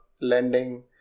lending